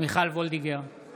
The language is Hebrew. מיכל מרים וולדיגר,